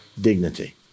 dignity